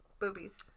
boobies